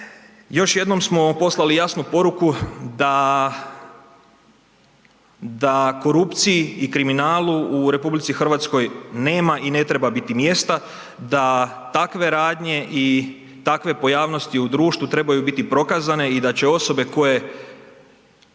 Još jednom smo poslali jasnu poruku da, da korupciji i kriminalu u RH nema i ne treba biti mjesta, da takve radnje i takve pojavnosti u društvu trebaju biti prokazane i da će osobe koje,